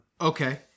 Okay